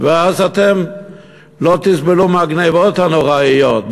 ואז אתם לא תסבלו מ"הגנבות הנוראיות".